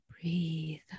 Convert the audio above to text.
breathe